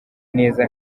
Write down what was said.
neza